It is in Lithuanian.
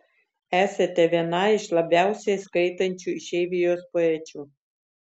esate viena iš labiausiai skaitančių išeivijos poečių